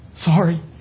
sorry